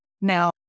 Now